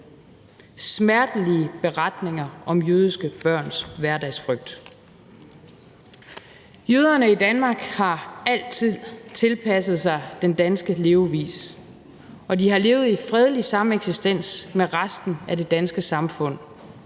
smertelige beretninger om jødiske børns hverdagsfrygt. Jøderne i Danmark har altid tilpasset sig den danske levevis, og de har levet i fredelig sameksistens med resten af det danske samfund.